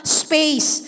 space